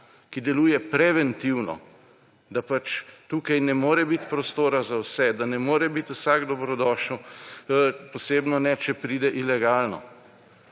ki deluje preventivno, da pač tukaj ne morebiti prostora za vse, da ne more biti vsak dobrodošel, posebno ne, če pride ilegalno.